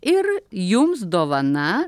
ir jums dovana